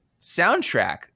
soundtrack